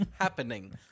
Happening